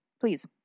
please